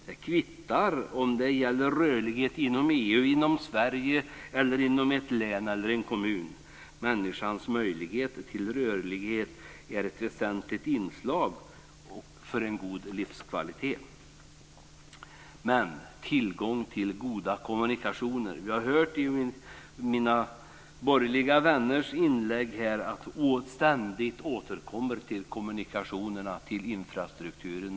Det kvittar om det gäller rörlighet inom EU, inom Sverige, inom ett län eller inom en kommun. Människans möjlighet till rörlighet är ett väsentligt inslag för en god livskvalitet. Men tillgången till goda kommunikationer är viktig. Vi har hört i mina borgerliga vänners inlägg här att de ständigt återkommer till kommunikationerna, till infrastrukturen.